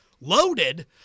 loaded